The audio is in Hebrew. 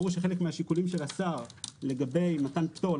ברור שחלק משיקולי השר לגבי מתן פטור,